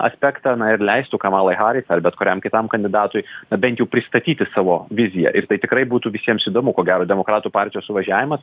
aspektą na ir leistų kamalai haris ar bet kuriam kitam kandidatui bent jų pristatyti savo viziją ir tai tikrai būtų visiems įdomu ko gero demokratų partijos suvažiavimas